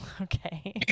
Okay